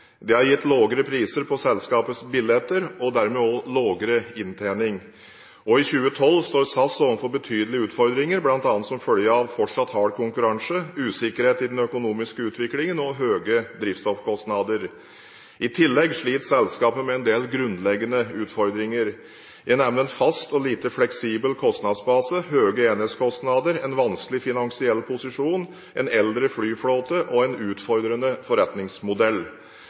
Det har gitt lavere priser på selskapets billetter og dermed lavere inntjening. Også i 2012 står SAS overfor betydelige utfordringer, bl.a. som følge av fortsatt hard konkurranse, usikkerhet i den økonomiske utviklingen og høye drivstoffkostnader. I tillegg sliter selskapet med en del grunnleggende utfordringer. Jeg nevner en fast og lite fleksibel kostnadsbase, høye enhetskostnader, en vanskelig finansiell posisjon, en eldre flyflåte og en utfordrende forretningsmodell.